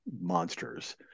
monsters